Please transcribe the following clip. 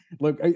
look